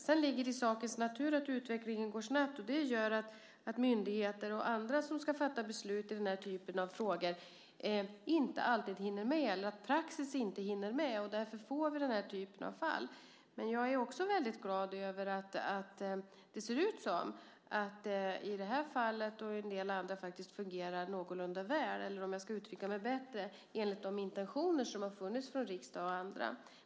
Sedan ligger det i sakens natur att utvecklingen går snabbt, och det gör att myndigheter och andra som ska fatta beslut i den här typen av frågor inte alltid hinner med eller att praxis inte hinner med. Därför får vi den här typen av fall. Jag är också väldigt glad över att det ser ut som om det i det här fallet och i en del andra faktiskt fungerar någorlunda väl, eller om jag ska uttrycka mig bättre: enligt de intentioner som funnits från riksdag och andra.